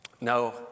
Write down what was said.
No